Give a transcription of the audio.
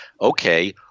okay